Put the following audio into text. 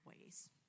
ways